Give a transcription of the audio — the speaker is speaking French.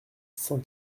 cent